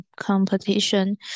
competition